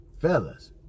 Fellas